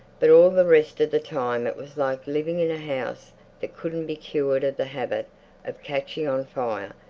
but all the rest of the time it was like living in a house that couldn't be cured of the habit of catching on fire,